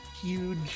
huge